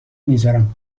میذارم